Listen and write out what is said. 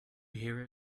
hear